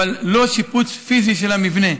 אבל לא שיפוץ פיזי של המבנה.